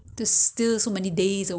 不然你你现在可以决定 mah